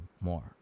more